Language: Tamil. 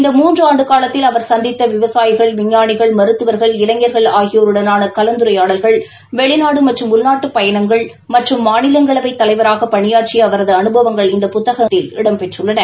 இந்த மூன்று ஆண்டு காலத்தில் அவர் சந்தித்த விவசாயிகள் விஞ்ஞானிகள் மருத்துவர்கள் இளைஞர்கள் ஆகியோருடனான கலந்துரையாடல்கள் வெளிநாட்டு மற்றும் உள்நாட்டு பயணங்கள் மற்றும் மாநிலங்களவைத் தலைவராக பணியாற்றிய அவரது அனுபவங்கள் இந்த புத்தகத்தில் இடம்பெற்றுள்ளன